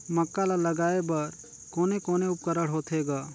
मक्का ला लगाय बर कोने कोने उपकरण होथे ग?